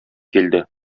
килде